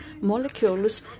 molecules